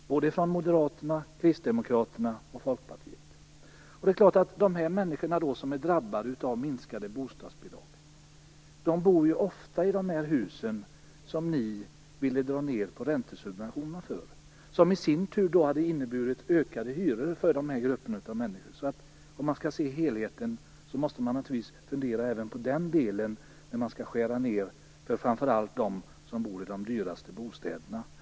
Det gällde såväl Moderaterna som Kristdemokraterna och Folkpartiet. Men människorna som drabbas av minskade bostadsbidrag bor ju ofta i de hus som ni vill dra ned räntesubventionerna för, vilket i sin tur skulle innebära ökade hyror för den gruppen människor. Skall man se helheten måste man även fundera över detta när man vill skära ned för dem som bor i de dyraste bostäderna.